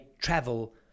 travel